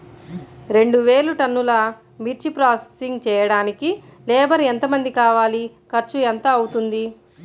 రెండు వేలు టన్నుల మిర్చి ప్రోసెసింగ్ చేయడానికి లేబర్ ఎంతమంది కావాలి, ఖర్చు ఎంత అవుతుంది?